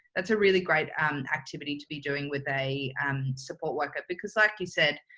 that's a really great um activity to be doing with a um support worker, because like you said,